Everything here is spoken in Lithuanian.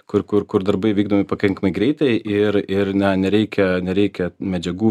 kur kur kur darbai vykdomi pakankamai greitai ir ir na nereikia nereikia medžiagų